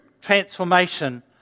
transformation